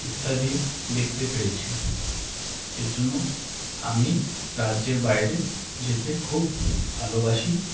ইত্যাদি দেখতে পেরেছি এর জন্য আমি রাজ্যের বাইরে যেতে খুব ভালোবাসি